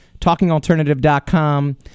TalkingAlternative.com